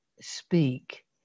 speak